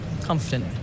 Confident